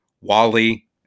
Wally